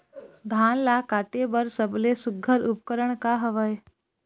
धान ला काटे बर सबले सुघ्घर उपकरण का हवए?